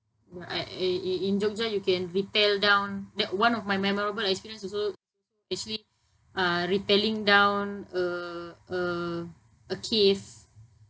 ya I in in jogya you can repel down that one of my memorable experience also actually uh repelling down a a a cave